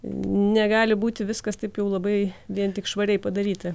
negali būti viskas taip jau labai vien tik švariai padaryta